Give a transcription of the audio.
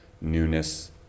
newness